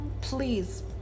please